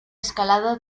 escalada